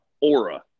aura